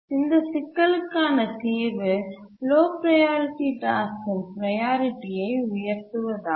இந்த சிக்கலுக்கான தீர்வு லோ ப்ரையாரிட்டி டாஸ்க்கின் ப்ரையாரிட்டியை உயர்த்துவதாகும்